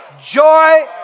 Joy